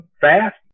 fast